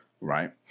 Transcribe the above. right